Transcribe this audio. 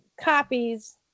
copies